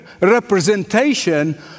representation